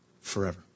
forever